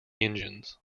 engines